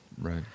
Right